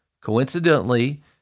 coincidentally